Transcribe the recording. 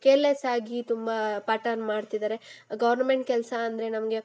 ಕೇರ್ಲೆಸ್ಸಾಗಿ ತುಂಬ ಪಾಠನ ಮಾಡ್ತಿದ್ದಾರೆ ಗೌರ್ನಮೆಂಟ್ ಕೆಲಸ ಅಂದರೆ ನಮಗೆ